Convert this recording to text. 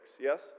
yes